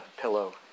pillow